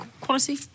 quality